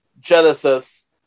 genesis